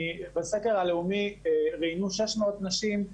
בסקר הלאומי ראיינו 600 נשים,